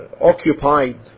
occupied